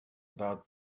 about